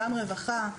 גם רווחה.